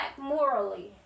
morally